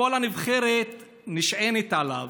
כל הנבחרת נשענת עליו,